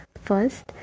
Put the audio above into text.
First